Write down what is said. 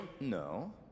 No